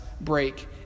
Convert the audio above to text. break